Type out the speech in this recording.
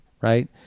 right